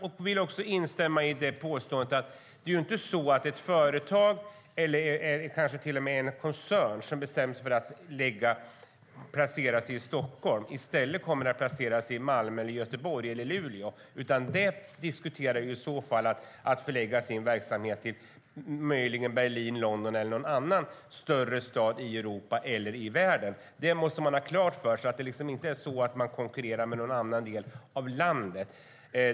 Jag vill också instämma i påståendet att ett företag eller kanske till och med en koncern som bestämmer sig för att placera sig i Stockholm inte kommer att kommer att placera sig i Malmö, Göteborg eller Luleå i stället. De skulle i så fall diskutera att möjligen förlägga sin verksamhet till Berlin, London eller någon annan större stad i Europa eller världen. Man måste ha klart för sig att Stockholm inte konkurrerar med någon annan del av landet.